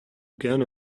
gerne